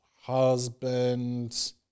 Husband